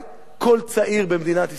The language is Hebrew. כל צעיר במדינת ישראל,